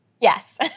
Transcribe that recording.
Yes